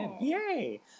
Yay